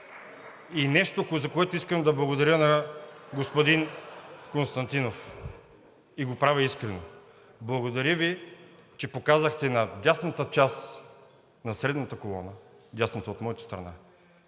И нещо, за което искам да благодаря на господин Константинов, и го правя искрено – благодаря Ви, че показахте на дясната част на средната колона, дясната от моята страна,